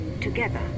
together